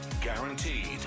guaranteed